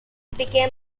became